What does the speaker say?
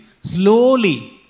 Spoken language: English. slowly